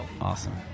Awesome